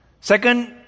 Second